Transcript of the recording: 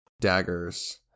daggers